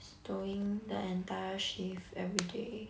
stowing the entire shift every day